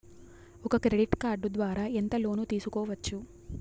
ఒక credit card ద్వారా ఎంత లోను తీసుకోవచ్చు?